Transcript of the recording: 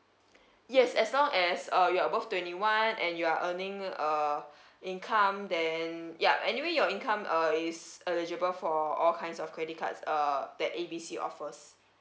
yes as long as uh you're above twenty one and you are earning uh income then yup anyway your income uh is eligible for all kinds of credit cards uh that A B C offers